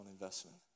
investment